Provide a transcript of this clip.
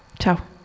Ciao